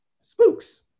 spooks